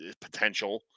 potential